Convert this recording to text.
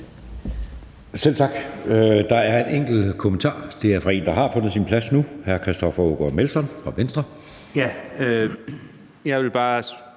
Selv tak. Der er en enkelt kommentar, og den er fra en, der har fundet sin plads nu. Hr. Christoffer Aagaard Melson fra Venstre.